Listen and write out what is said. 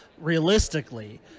realistically